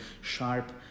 sharp